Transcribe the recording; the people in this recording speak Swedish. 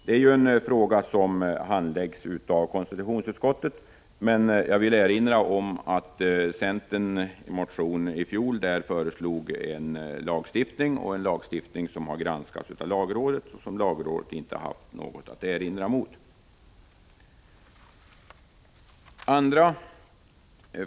Det är en fråga som handläggs av konstitutionsutskottet, men jag vill erinra om att centern i en motion i fjol föreslog en lagstiftning. Vårt förslag till lagstiftning har nu granskats av lagrådet, som inte haft något att erinra mot förslaget.